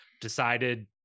decided